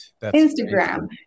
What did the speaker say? instagram